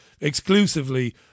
exclusively